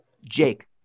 Jake